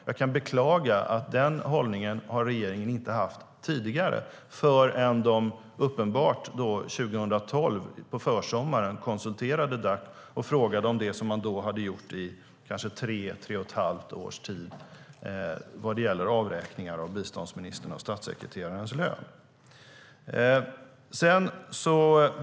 Jag kan beklaga att regeringen inte har haft den hållningen tidigare - inte förrän på försommaren 2012, då man konsulterade Dac om det som då hade gjorts i kanske tre och ett halvt års tid gällande avräkningar av biståndsministerns och statssekreterarens lön.